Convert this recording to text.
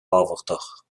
thábhachtach